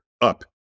up